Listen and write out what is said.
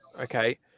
Okay